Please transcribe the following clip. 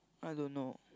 I don't know